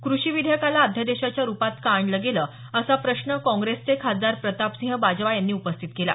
कृषी विधेयकाला अध्यादेशाच्या रुपात का आणलं गेलं असा प्रश्न काँग्रेसचे खासदार प्रतापसिंह बाजवा यांनी उपस्थित केला